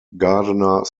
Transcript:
gardener